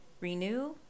renew